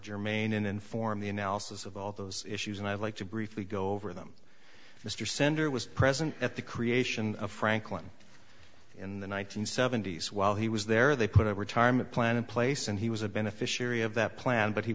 germane and inform the analysis of all those issues and i'd like to briefly go over them mr sender was present at the creation of franklin in the one nine hundred seventy s while he was there they put a retirement plan in place and he was a beneficiary of that plan but he